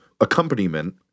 accompaniment